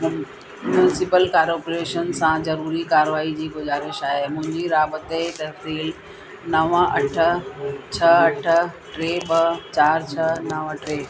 municipal corporation सां ज़रूरी कार्रवाई जी गुज़ारिश आहे मुंहिंजी राब्ते तफ़सील नवं अठ छह अठ टे ॿ चार छह नवं टे